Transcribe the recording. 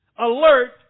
alert